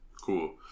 cool